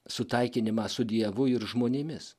sutaikinimą su dievu ir žmonėmis